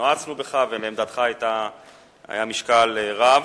נועצנו בך, ולעמדתך היה משקל רב.